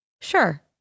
Sure